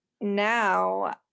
now